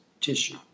tissue